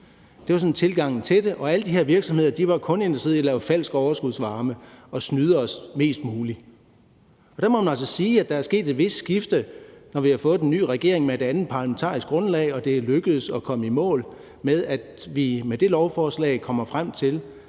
Det var sådan tilgangen til det, og alle de her virksomheder var kun interesseret i at lave falsk overskudsvarme og snyde os mest muligt. Der må man altså sige, at der er sket et vist skifte med den nye regering, der har et andet parlamentarisk grundlag. Og det er lykkedes at komme i mål med, at vi med det lovforslag kommer frem til,